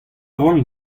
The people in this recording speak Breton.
vont